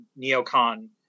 neocon